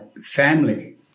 family